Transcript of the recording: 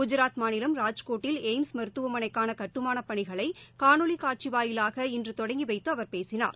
குஜராத் மாநிலம் ராஜ்கோட்டில் எய்ம்ஸ் மருத்துவமளைக்கான கட்டுமாளப் பணிகளை காணொலி காட்சி வாயிலாக இன்று தொடங்கி வைத்து அவர் பேசினார்